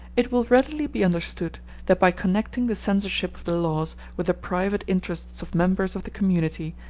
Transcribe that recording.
it will readily be understood that by connecting the censorship of the laws with the private interests of members of the community,